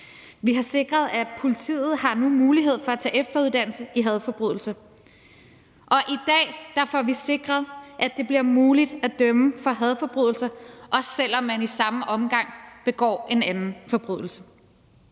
vi har sikret, at politiet nu har mulighed for at tage efteruddannelse i håndtering af hadforbrydelser; og i dag får vi sikret, at det bliver muligt at dømme for hadforbrydelser, også selv om man i samme omgang begår en anden forbrydelse.